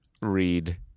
Read